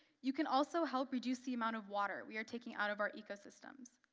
you can also help reduce the amount of water we are taking out of our ecosystems.